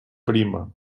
prima